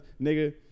nigga